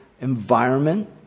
environment